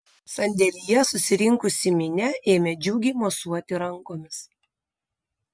sandėlyje susirinkusi minia ėmė džiugiai mosuoti rankomis